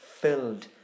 filled